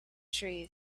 trees